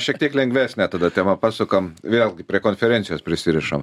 šiek tiek lengvesne tada tema pasukam vėlgi prie konferencijos prisirišam